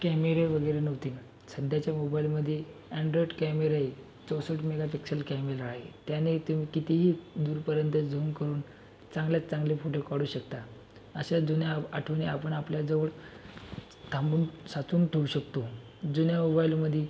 कॅमेरे वगैरे नव्हते सध्याच्या मोबाईलमध्ये अँड्राॅईट कॅमेरा आहे चौसष्ट मेगापिक्सल कॅमेरा आहे त्याने तुम्ही कितीही दूरपर्यंत झूम करून चांगल्यात चांगले फोटो काढू शकता अशा जुन्या आठवणी आपण आपल्याजवळ थांबून साचवून ठेवू शकतो जुन्या वोबाईलमध्ये